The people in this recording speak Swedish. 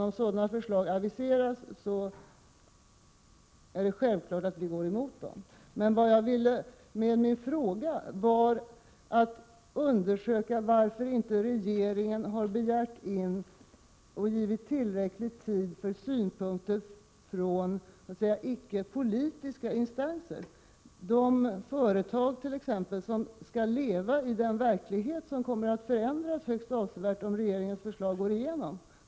Om sådana förslag aviseras är det självklart att vi går emot dem. Vad jag ville med min fråga var att undersöka varför regeringen inte har begärt in och gett tillräcklig tid för synpunkter från icke politiska instanser — t.ex. de företag som skall leva i den verklighet som kommer att förändras högst avsevärt om regeringens förslag går igenom.